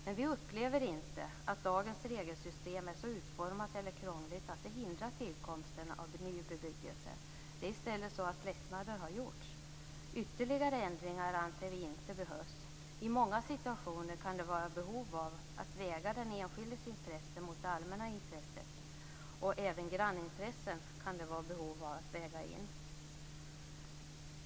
Men vi upplever inte att dagens regelsystem är så utformat eller krångligt att det hindrar tillkomsten av ny bebyggelse. Det är i stället så att lättnader gjorts. Ytterligare ändringar anser vi inte behövs. I många situationer kan det vara behov av att väga den enskildes intresse mot allmänna intressen. Även grannintressen kan det finnas behov av att väga in.